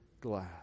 glass